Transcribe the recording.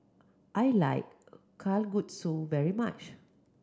I like Kalguksu very much